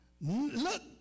Look